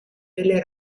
delle